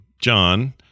John